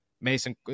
Mason